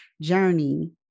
journey